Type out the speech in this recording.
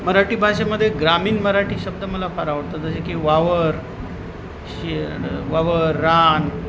मराठी भाषेमध्ये ग्रामीण मराठी शब्द मला फार आवडतात जसे की वावर शीड वावर रान